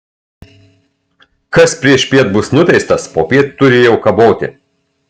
kas priešpiet bus nuteistas popiet turi jau kaboti